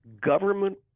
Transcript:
government